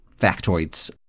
factoids